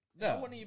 No